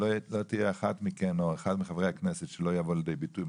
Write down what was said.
שלא תהיה אחת מכן או אחד מחברי הכנסת שלא יבוא לידי ביטוי,